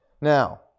now